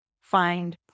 find